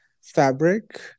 fabric